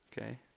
okay